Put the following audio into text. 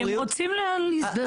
כי הם רוצים להקדים את התור.